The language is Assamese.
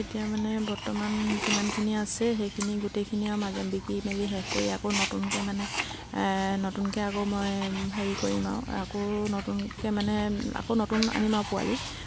এতিয়া মানে বৰ্তমান যিমানখিনি আছে সেইখিনি গোটেইখিনি আৰু মাজে বিকি মেলি শেষ কৰি আকৌ নতুনকৈ মানে নতুনকৈ আকৌ মই হেৰি কৰিম আৰু আকৌ নতুনকৈ মানে আকৌ নতুন আনিম আৰু পোৱালি